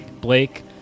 Blake